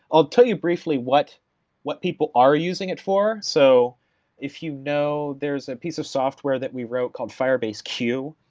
i'll tell you briefly what what people are using it for. so if you know there is a piece of software that we wrote called firebase q,